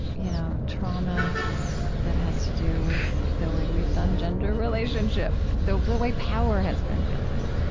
you know trauma that has to do with the way we've done gender relationship, the the way power has been wielded.